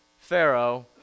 Pharaoh